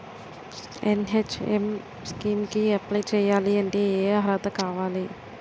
NHM scheme కి apply చేయాలి అంటే ఏ అర్హత కావాలి?